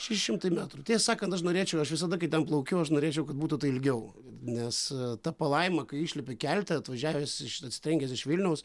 šeši šimtai metrų tiesą sakant aš norėčiau aš visada kai ten plaukiu aš norėčiau kad būtų tai ilgiau nes ta palaima kai išlipi kelte atvažiavęs atsitrenkęs iš vilniaus